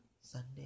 Sunday